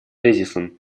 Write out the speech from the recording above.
тезисом